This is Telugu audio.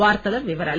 వార్తల వివరాలు